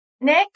Nick